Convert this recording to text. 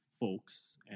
folks